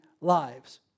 lives